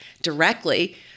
directly